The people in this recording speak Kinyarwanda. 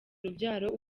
urubyaro